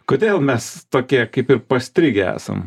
kodėl mes tokie kaip ir pastrigę esam